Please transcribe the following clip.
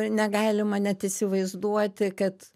negalima net įsivaizduoti kad